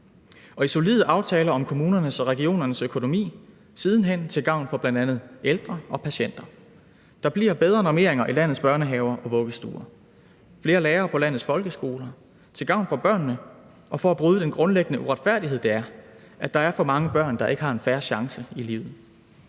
hen solide aftaler om kommunernes og regionernes økonomi til gavn for bl.a. ældre og patienter. Der bliver bedre normeringer i landets børnehaver og vuggestuer, flere lærere på landets folkeskoler til gavn for børnene og for at bryde den grundlæggende uretfærdighed, det er, at der er for mange børn, der ikke har en fair chance i livet.